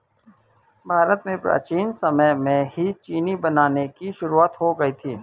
भारत में प्राचीन समय में ही चीनी बनाने की शुरुआत हो गयी थी